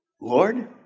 Lord